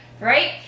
right